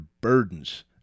burdens